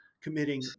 committing